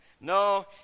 No